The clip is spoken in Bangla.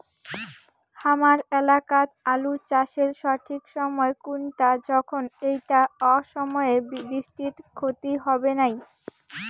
হামার এলাকাত আলু চাষের সঠিক সময় কুনটা যখন এইটা অসময়ের বৃষ্টিত ক্ষতি হবে নাই?